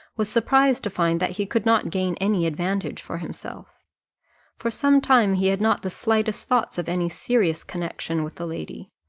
was surprised to find that he could not gain any advantage for himself for some time he had not the slightest thoughts of any serious connexion with the lady,